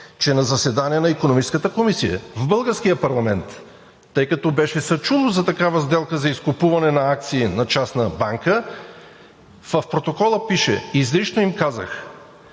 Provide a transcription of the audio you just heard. че на заседание на Икономическата комисия в българския парламент, тъй като беше се чуло за такава сделка за изкупуване на акции на частна банка, в протокола пише, изрично им казах: